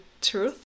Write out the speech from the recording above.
truth